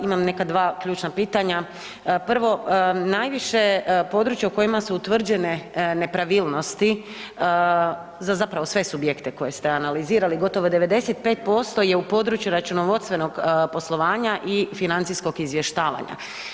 Imam neka dva ključna pitanja, prvo, najviše područje u kojima se utvrđene nepravilnosti za zapravo sve subjekte koje ste analizirali gotovo 95% je u području računovodstvenog poslovanja i financijskog izvještavanja.